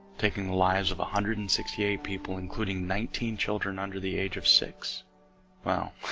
taking the lives of a hundred and sixty eight people including nineteen children under the age of six well